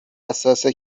حساسه